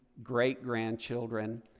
great-grandchildren